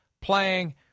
playing